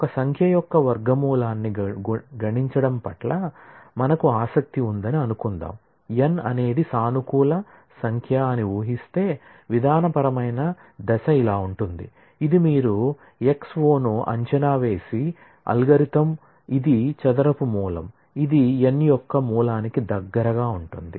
ఒక సంఖ్య యొక్క వర్గమూలాన్ని గణించడం పట్ల మనకు ఆసక్తి ఉందని అనుకుందాం n అనేది సానుకూల సంఖ్య అని వూహిస్తే విధానపరమైన దశ ఇలా ఉంటుంది ఇది మీరు X o ను అంచనా వేసే అల్గోరిథం ఇది చదరపు మూలం ఇది n యొక్క మూలానికి దగ్గరగా ఉంటుంది